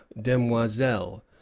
demoiselle